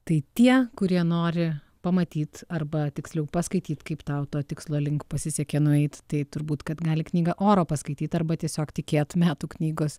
tai tie kurie nori pamatyt arba tiksliau paskaityt kaip tau to tikslo link pasisekė nueit tai turbūt kad gali knygą oro paskaityt arba tiesiog tikėt metų knygos